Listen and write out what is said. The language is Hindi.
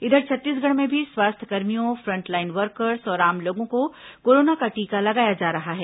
इधर छत्तीसगढ़ में भी स्वास्थ्यकर्मियों फ्रंटलाइन वर्कर्स और आम लोगों को कोरोना का टीका लगाया जा रहा है